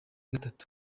gatatu